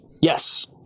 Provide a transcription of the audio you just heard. Yes